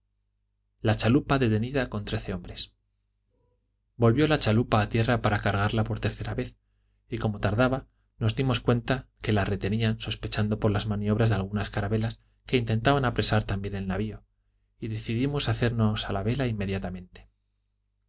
la chalupa detenida con trece hombres volvió la chalupa a tierra para cargarla por tercera vez y como tardaba nos dimos cuenta que la retenían sospechando por las maniobras de algunas carabelas que intentaban apresar también el navio y decidimos hacernos a la vela inmediatamente